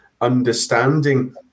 understanding